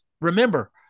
remember